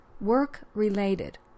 Work-Related